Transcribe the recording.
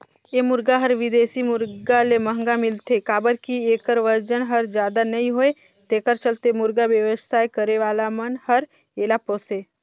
ए मुरगा हर बिदेशी मुरगा ले महंगा मिलथे काबर कि एखर बजन हर जादा नई होये तेखर चलते मुरगा बेवसाय करे वाला मन हर एला पोसे